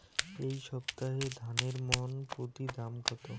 এই সপ্তাহে ধানের মন প্রতি দাম কত?